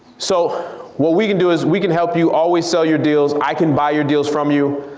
so what we can do is we can help you always sell your deals, i can buy your deals from you.